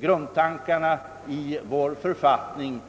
grundtankarna i vår författning.